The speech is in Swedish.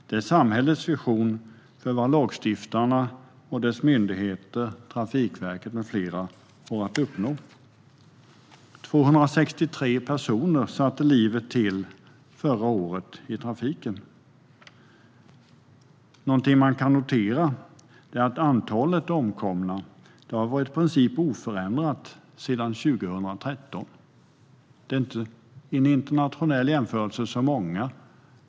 Det är samhällets vision för vad lagstiftarna och deras myndigheter, Trafikverket med flera, har att uppnå. Det var 263 personer som satte livet till förra året i trafiken. Någonting man kan notera är att antalet omkomna har varit i princip oförändrat sedan 2013. Det är i en internationell jämförelse inte så många.